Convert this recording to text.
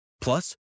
Plus